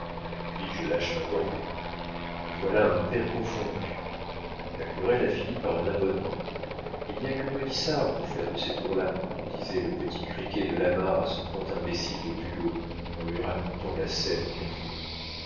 puis je lâche ma bordée voilà un père confondu la querelle a fini par un abonnement il n'y a que gaudissart pour faire de ces tours-là disait le petit criquet de lamard à ce grand imbécile de bulot en lui racontant la scène au café